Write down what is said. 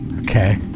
Okay